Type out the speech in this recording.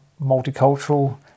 multicultural